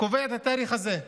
קובע את התאריך הזה?